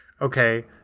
okay